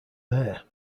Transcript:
mayor